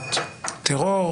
להגדרת טרור